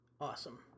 Awesome